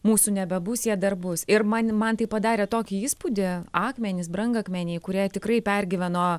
mūsų nebebus jie dar bus ir man man tai padarė tokį įspūdį akmenys brangakmeniai kurie tikrai pergyveno